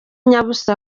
nyabusa